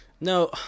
No